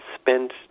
spent